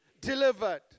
delivered